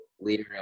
leader